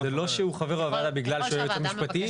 זה לא שהוא חבר הוועדה בגלל שהוא היועץ המשפטי.